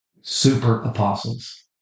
super-apostles